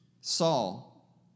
Saul